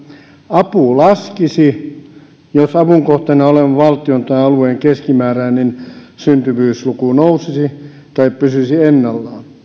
apu laskisi jos avunkohteena olevan valtion tai alueen keskimääräinen syntyvyysluku nousisi tai pysyisi ennallaan